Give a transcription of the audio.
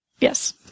Yes